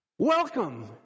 Welcome